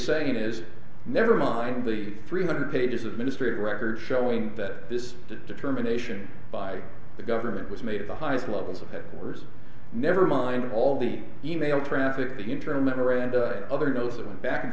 saying is never mind the three hundred pages of ministry records showing that this determination by the government was made at the highest levels of headquarters never mind all the e mail traffic the internal memory and other notes and back and